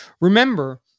remember